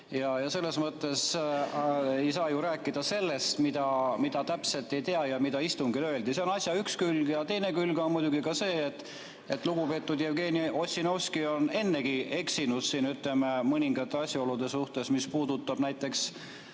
Selles mõttes ei saa ju rääkida sellest, mida ise täpselt ei tea ja mida istungil öeldi. See on asja üks külg. Teine külg on muidugi see, et lugupeetud Jevgeni Ossinovski on ennegi eksinud siin mõningate asjaolude suhtes, mis puudutab näiteks